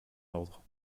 ordre